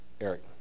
Eric